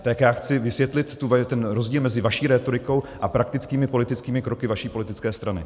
Tak já chci vysvětlit ten rozdíl mezi vaší rétorikou a praktickými politickými kroky vaší politické strany.